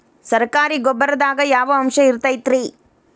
ಸರಕಾರಿ ಗೊಬ್ಬರದಾಗ ಯಾವ ಅಂಶ ಇರತೈತ್ರಿ?